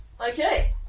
Okay